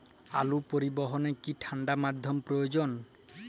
আলু পরিবহনে কি ঠাণ্ডা মাধ্যম প্রয়োজন?